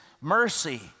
mercy